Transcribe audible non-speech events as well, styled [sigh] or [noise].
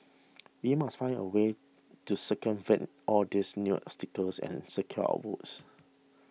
[noise] we must find a way to circumvent all these new obstacles and secure our votes